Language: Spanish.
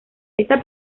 esta